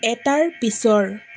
এটাৰ পিছৰ